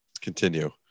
continue